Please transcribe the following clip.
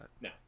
No